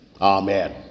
Amen